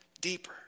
deeper